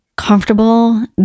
comfortable